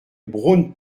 braun